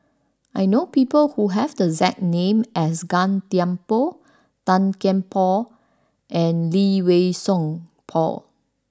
I know people who have the exact name as Gan Thiam Poh Tan Kian Por and Lee Wei Song Paul